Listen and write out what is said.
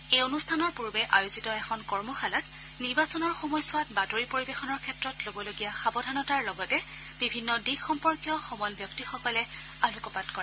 এই অনুষ্ঠানৰ পূৰ্বে আয়োজিত এখন কৰ্মশালাত নিৰ্বাচনৰ সময়ছোৱাত বাতৰি পৰিৱেশনৰ ক্ষেত্ৰত লবলগীয়া সাৱধনতাৰ লগতে বিভিন্ন দিশ সম্পৰ্কীয় সমল ব্যক্তিসকলে আলোকপাত কৰে